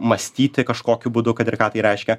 mąstyti kažkokiu būdu kad ir ką tai reiškia